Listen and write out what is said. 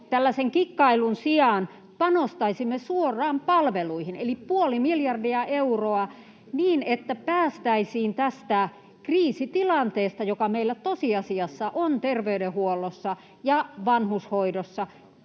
tällaisen kikkailun sijaan — panostaisimme suoraan palveluihin eli puoli miljardia euroa niin, että päästäisiin tästä kriisitilanteesta, joka meillä tosiasiassa on terveydenhuollossa ja vanhustenhoidossa.